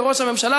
בראש הממשלה,